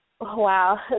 Wow